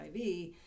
HIV